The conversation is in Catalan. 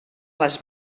les